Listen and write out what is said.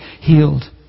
healed